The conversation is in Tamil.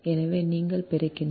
எனவே நீங்கள் பெருக்கினால் v n 121